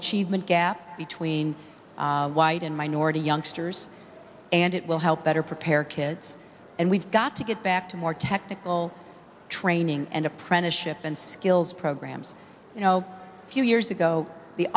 achievement gap between white and minority youngsters and it will help better prepare kids and we've got to get back to more technical training and apprenticeship and skills programs you know a few years ago the